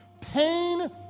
Pain